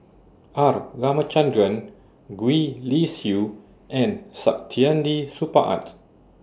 R Ramachandran Gwee Li Sui and Saktiandi Supaat